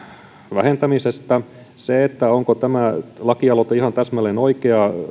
vähentämisestä siihen onko tämä lakialoite ihan täsmälleen oikea